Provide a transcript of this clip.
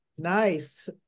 Nice